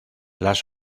las